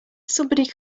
somebody